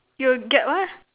you will get what